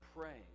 praying